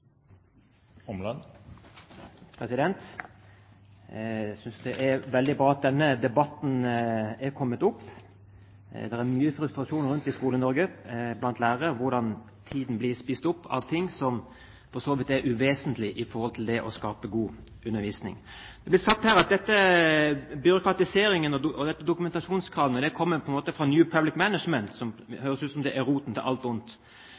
veldig bra at denne debatten er kommet. Det er mye frustrasjon blant lærere ute i Skole-Norge om hvordan tiden blir spist opp av ting som for så vidt er uvesentlige i forhold til det å skape god undervisning. Det blir sagt her at byråkratiseringen og dokumentasjonskravet kommer fra New Public Management, som det høres ut til er roten til alt ondt. Nei, det kommer ikke fra New Public Management. Den som